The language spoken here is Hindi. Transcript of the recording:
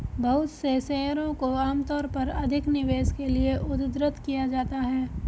बहुत से शेयरों को आमतौर पर अधिक निवेश के लिये उद्धृत किया जाता है